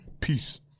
Peace